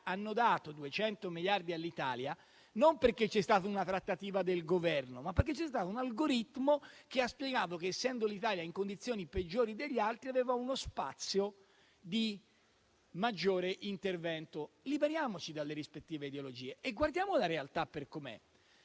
Hanno dato 200 miliardi all'Italia non perché c'è stata una trattativa del Governo, ma perché c'è stato un algoritmo che ha spiegato che, essendo l'Italia in condizioni peggiori degli altri, aveva uno spazio di maggiore intervento. Liberiamoci dalle rispettive ideologie e guardiamo la realtà per come è.